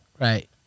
Right